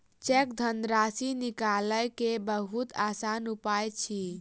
cheque धनराशि निकालय के बहुत आसान उपाय अछि